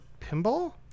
pinball